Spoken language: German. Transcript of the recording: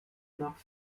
nach